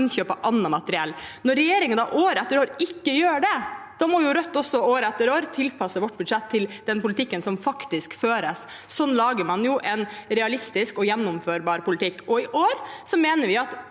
innkjøp av annet materiell. Når regjeringen år etter år ikke gjør det, må jo Rødt år etter år også tilpasse sitt budsjett til den politikken som faktisk føres. Slik lager man en realistisk og gjennomførbar politikk. I år